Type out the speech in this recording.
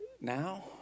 now